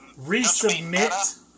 resubmit